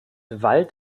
wald